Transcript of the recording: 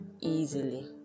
easily